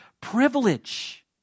privilege